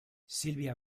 sylvia